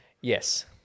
Yes